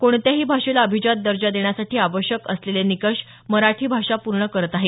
कोणत्याही भाषेला अभिजात दर्जा देण्यासाठी आवश्यक असलेले निकष मराठी भाषा पूर्ण करत आहे